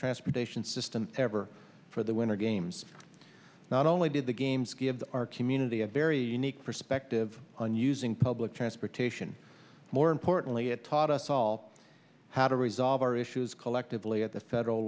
transportation system ever for the winter games not only did the games give our community a very unique perspective on using public transportation more importantly it taught us all how to resolve our issues collectively at the federal